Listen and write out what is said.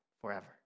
forever